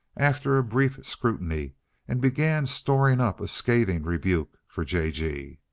after a brief scrutiny and began storing up a scathing rebuke for j. g.